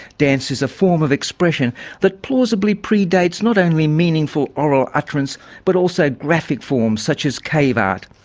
dance is a form of expression that plausibly pre-dates not only meaningful oral utterance but also graphic forms such as cave art.